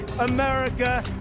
America